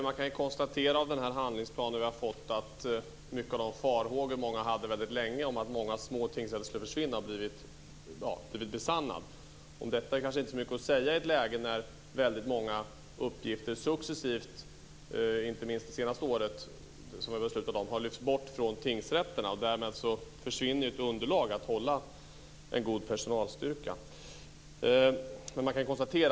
Fru talman! Av den handlingsplan som vi har fått kan man konstatera att flera av de farhågor som många hade väldigt länge om att många små tingsrätter skulle försvinna har blivit besannade. Det är kanske inte så mycket att säga om det i ett läge när väldigt många uppgifter successivt, inte minst det senaste året i och med det som vi har beslutat om, har lyfts bort från tingsrätterna. Därmed försvinner ju ett underlag för att man ska kunna hålla en god personalstyrka.